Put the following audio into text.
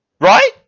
Right